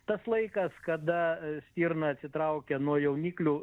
tas laikas kada stirna atsitraukia nuo jauniklių